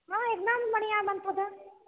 हँ एकदम बढ़िया बनतो तऽ